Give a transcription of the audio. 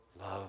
love